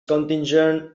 contingent